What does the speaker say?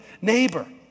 neighbor